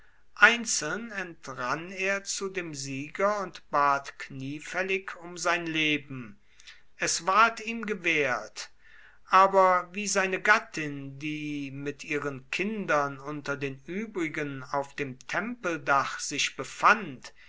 einzeln entrann er zu dem sieger und bat kniefällig um sein leben es ward ihm gewährt aber wie seine gattin die mit ihren kindern unter den übrigen auf dem tempeldach sich befand